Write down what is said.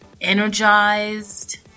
energized